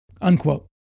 unquote